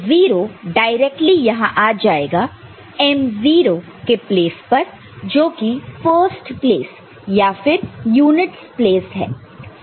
तो 0 डायरेक्टली यहां आ जाएगा m0 के प्लस पर जो कि फर्स्ट प्लेस या फिर यूनिटस प्लेस है